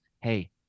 hey